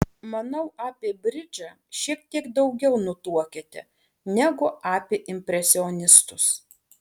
manau apie bridžą šiek tiek daugiau nutuokiate negu apie impresionistus